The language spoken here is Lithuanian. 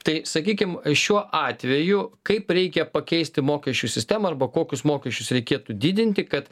tai sakykim šiuo atveju kaip reikia pakeisti mokesčių sistemą arba kokius mokesčius reikėtų didinti kad